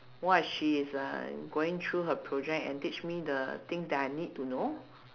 what she is uh going through her project and teach me the things that I need to know